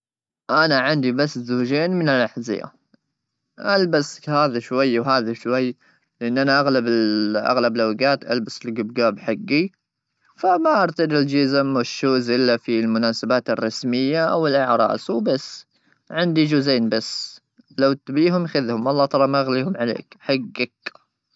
انا عندي بس زوجين من الاحذيه ,البسك هذا شويه ,وهذا شوي لاننا اغلب اغلب الاوقات البس القبقاب حقي ,فما ارسل الجيزه والشوز الا في المناسبات الرسميه والاعراس ,وبس عندي جوزين بس لو تبيهم خذهم والله ترى ما اغليهم عليك حقك.